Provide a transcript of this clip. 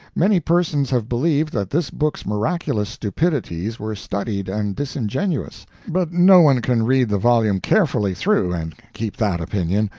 many persons have believed that this book's miraculous stupidities were studied and disingenuous but no one can read the volume carefully through and keep that opinion.